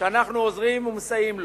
ואנחנו עוזרים ומסייעים לו,